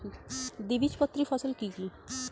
দ্বিবীজপত্রী ফসল কি কি?